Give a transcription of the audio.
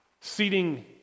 seating